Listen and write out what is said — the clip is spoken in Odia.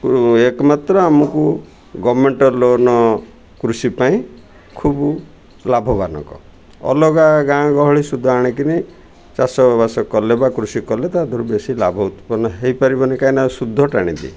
ଏକମାତ୍ର ଆମକୁ ଗଭର୍ଣ୍ଣମେଣ୍ଟ୍ ଲୋନ୍ କୃଷି ପାଇଁ ଖୁବ୍ ଲାଭବାନକ ଅଲଗା ଗାଁ ଗହଳି ଶୁଦ୍ଧ ଆଣିକିନି ଚାଷବାସ କଲେ ବା କୃଷି କଲେ ତା ଦୂର ବେଶି ଲାଭ ଉତ୍ପନ୍ନ ହୋଇପାରିବନି କାହିଁକି ନା ଶୁଦ୍ଧ ଟାଣନ୍ତି